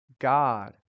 God